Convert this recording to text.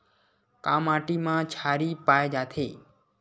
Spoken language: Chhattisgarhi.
का माटी मा क्षारीय पाए जाथे?